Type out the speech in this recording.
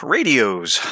Radios